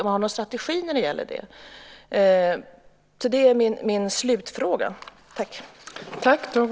Har man någon strategi när det gäller det? Det är min avslutande fråga.